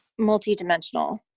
multidimensional